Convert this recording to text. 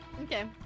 Okay